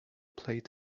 played